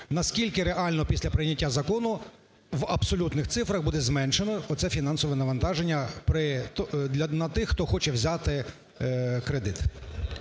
Наскільки реально після прийняття закону в абсолютних цифрах буде зменшено оце фінансове навантаження на тих, хто хоче взяти кредит?